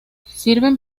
sirven